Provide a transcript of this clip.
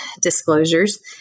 disclosures